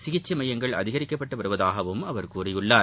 சிகிச்சை மையங்கள் அதிகரிக்கப்பட்டு வருவதாகவும் அவர் கூறியுள்ளார்